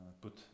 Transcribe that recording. put